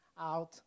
out